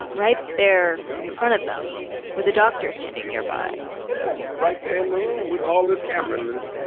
right there in front of them with a doctor standing nearby yes, right there in the room with all the cameramans.